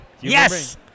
yes